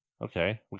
Okay